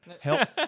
Help